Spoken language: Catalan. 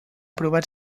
provat